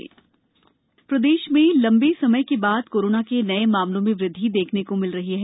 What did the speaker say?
प्रदेश corona प्रदेश में लम्बे समय के बाद कोरोना के नये मामलों में वृद्वि देखने को मिल रही है